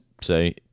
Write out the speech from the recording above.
say